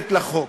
מתנגדת לחוק.